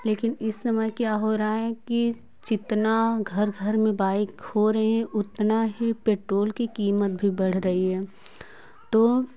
लेकिन इस समय क्या हो रहा है कि जितना घर घर में बाइक हो रही उतना ही पेट्रोल की कीमत भी बढ़ रही है तो हम